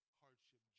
hardship